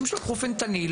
פנטניל,